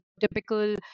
typical